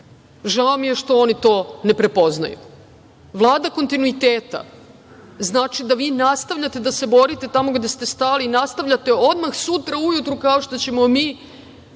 Žao mi je što oni to ne prepoznaju. Vlada kontinuiteta znači da vi nastavljate da se borite tamo gde ste stali i nastavljate odmah sutra ujutru, kao što ćemo mi,